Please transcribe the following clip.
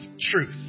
truth